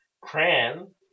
Cran